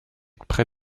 près